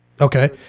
Okay